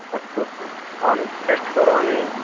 अस्तु अस्तु अहं टेस्ट् करोमि